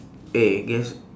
eh guess